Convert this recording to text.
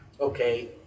okay